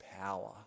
power